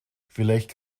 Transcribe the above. vielleicht